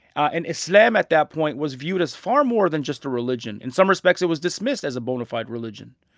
and islam at that point was viewed as far more than just a religion. in some respects, it was dismissed as a bona fide religion,